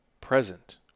present